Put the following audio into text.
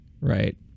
right